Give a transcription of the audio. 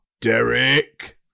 Derek